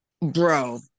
Bro